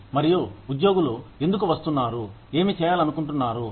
మరియు ఉద్యోగులు ఎందుకు వస్తున్నారు ఏమి చేయాలనుకుంటున్నారు